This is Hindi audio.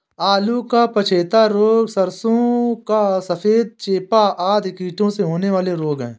आलू का पछेता रोग, सरसों का सफेद चेपा आदि कीटों से होने वाले रोग हैं